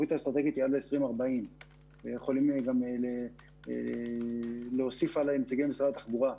התוכנית האסטרטגית היא עד 2040. יכולים להוסיף עלי נציגי משרד התחבורה.